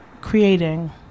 creating